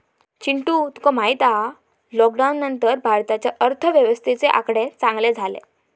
चिंटू तुका माहित हा लॉकडाउन नंतर भारताच्या अर्थव्यवस्थेचे आकडे चांगले झाले